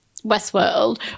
westworld